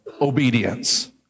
obedience